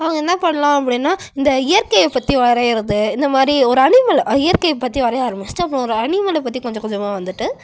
அவங்க என்ன பண்ணலாம் அப்படினா இந்த இயற்கையை பற்றி வரைகிறது இந்த மாதிரி ஒரு அனிமலை அ இயற்கையை பற்றி வரைய ஆரம்பிச்சுட்டு அப்புறம் ஒரு அனிமலை பற்றி கொஞ்சம் கொஞ்சமாக வந்துட்டு